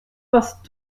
was